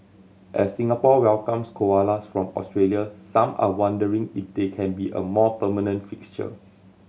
as Singapore welcomes koalas from Australia some are wondering if they can be a more permanent fixture